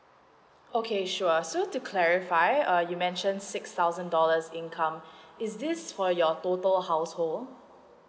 okay sure so to clarify uh you mentioned six thousand dollars income is this for your total household